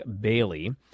Bailey